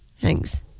thanks